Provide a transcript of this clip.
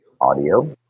audio